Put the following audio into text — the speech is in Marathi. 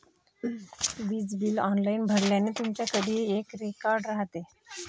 वीज बिल ऑनलाइन भरल्याने, तुमच्याकडेही एक रेकॉर्ड राहते